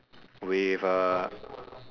with a